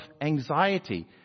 anxiety